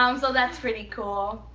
um so that's pretty cool.